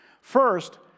First